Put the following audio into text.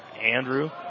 Andrew